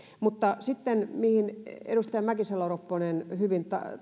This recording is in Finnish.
sitten siihen mihin edustaja mäkisalo ropponen hyvin